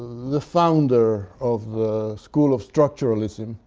the founder of the school of structuralism,